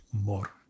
More